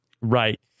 Right